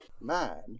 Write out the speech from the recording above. Man